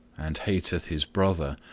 and hateth his brother,